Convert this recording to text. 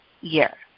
year